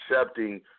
accepting